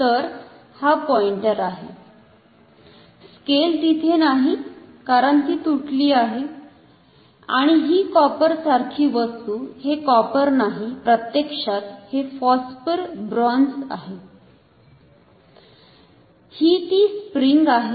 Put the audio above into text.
तर हा पॉईंटर आहे स्केल तिथे नाही कारण ती तुटली आहे आणि ही कॉपर सारखी वस्तु हे कॉपर नाही प्रत्यक्षात हे फॉस्फोर ब्रॉंझ आहे ही ती स्प्रिंग आहे